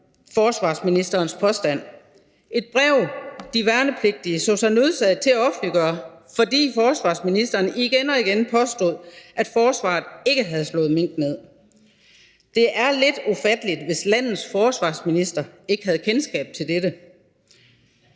forsvarsministerens påstand, et brev, de værnepligtige så sig nødsaget til at offentliggøre, fordi forsvarsministeren igen og igen påstod, at forsvaret ikke havde slået mink ned. Det er lidt ufatteligt, hvis landets forsvarsminister ikke havde kendskab til dette.